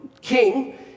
king